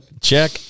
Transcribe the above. Check